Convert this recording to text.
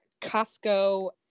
Costco